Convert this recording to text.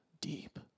deep